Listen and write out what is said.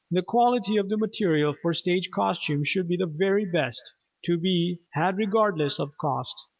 the quality of the material for stage costumes should be the very best to be had regardless of cost.